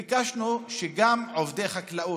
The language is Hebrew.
ביקשנו שגם עובדי חקלאות,